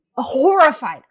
horrified